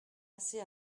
assez